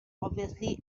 obviously